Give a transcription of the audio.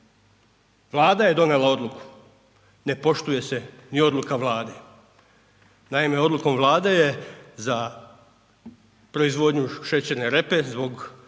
Vlada je donijela odluku, ne poštuje se ni odluka Vlade. Naime, odlukom Vlade je za proizvodnju šećerne repe zbog